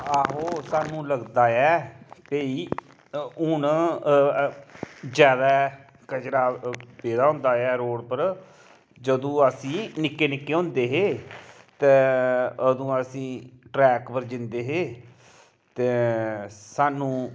आहो सानूं लगदा ऐ कि हून जादै कचड़ा पेदा होंदा ऐ रोड पर जदूं असी निक्के निक्के होंदे हे ते अदूं असी ट्रैक पर जंदे हे ते सानूं